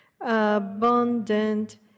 abundant